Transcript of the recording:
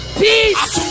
peace